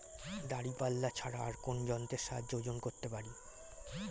দাঁড়িপাল্লা ছাড়া আর কোন যন্ত্রের সাহায্যে ওজন করতে পারি?